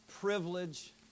privilege